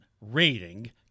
rating